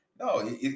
No